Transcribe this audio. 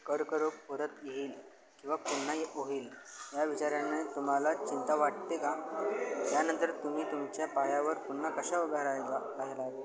कर्करोग परत येईल किंवा पुन्हा होईल या विचाराने तुम्हाला चिंता वाटते का त्यानंतर तुम्ही तुमच्या पायावर पुन्हा कशा उभ्या राहिला राहिला